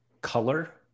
color